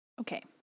Okay